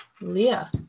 Leah